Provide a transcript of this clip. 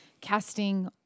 casting